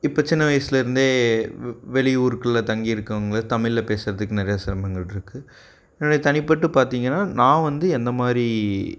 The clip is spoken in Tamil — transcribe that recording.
இப்போ சின்ன வயசுல இருந்தே வெளியூருக்குள்ள தங்கி இருக்கவங்கள தமிழில் பேசுகிறதுக்கு நிறைய சிரமங்கள் இருக்கு என்னுடைய தனிப்பட்டு பார்த்தீங்கனா நான் வந்து எந்தமாதிரி